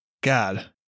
God